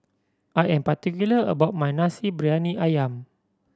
I am particular about my Nasi Briyani Ayam